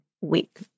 week